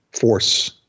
force